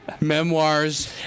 Memoirs